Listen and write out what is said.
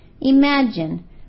Imagine